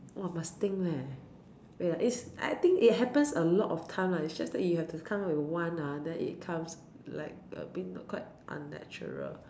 !wah! must think leh wait ah is i think it happen a lot of time lah it just that you have to come up with one ah then it comes like a bit quite unnatural